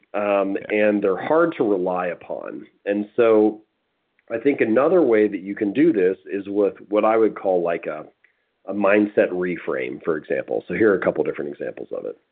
um and they're hard to rely upon. and so i think another way that you can do this is what i would call like ah a mindset refrain for example. so here are a couple of different examples of it.